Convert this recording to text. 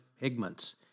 Pigments